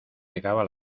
llegaba